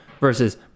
Versus